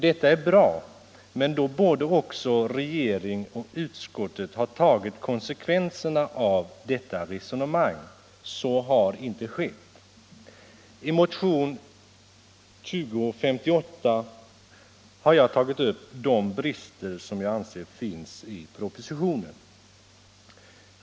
Detta är bra, men då borde också regeringen och utskottet ha tagit konsekvenserna av detta resonemang. Så har inte skett. I motionen 2058 har jag tagit upp de brister som jag anser finns i propositionen.